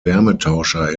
wärmetauscher